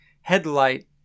headlight